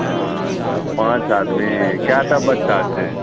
आच्छा पाँच आदमी कएटा बच्चा छै